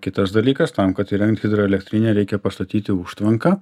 kitas dalykas tam kad įrengt hidroelektrinę reikia pastatyti užtvanką